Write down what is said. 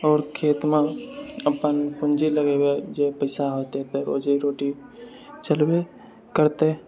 आओर खेतमे अपन पूँजी लगेबै जे पैसा हेतै तऽ रोजी रोटी चलबे करतै